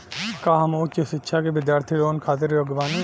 का हम उच्च शिक्षा के बिद्यार्थी लोन खातिर योग्य बानी?